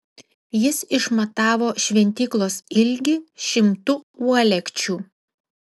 jis išmatavo šventyklos ilgį šimtu uolekčių